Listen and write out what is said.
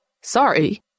Sorry